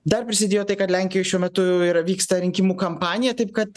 dar prisidėjo tai kad lenkijoj šiuo metu yra vyksta rinkimų kampanija taip kad